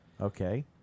Okay